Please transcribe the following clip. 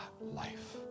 life